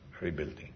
rebuilding